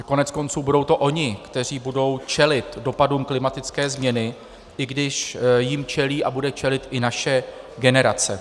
Koneckonců budou to oni, kteří budou čelit dopadům klimatické změny, i když jim čelí a bude čelit i naše generace.